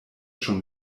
schon